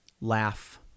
laugh